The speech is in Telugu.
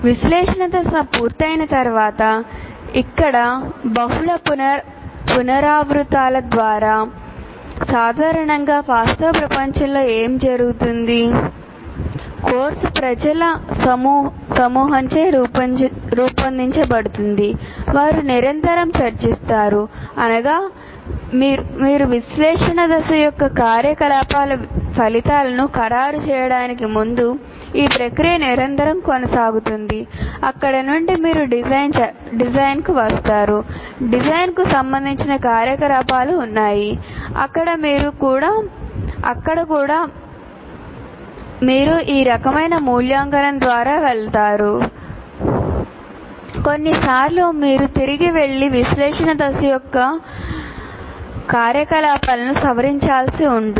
విశ్లేషణ దశ పూర్తయిన తరువాత ఇక్కడ కొన్నిసార్లు మీరు తిరిగి వెళ్లి విశ్లేషణ దశ యొక్క కార్యకలాపాలను సవరించాల్సి ఉంటుంది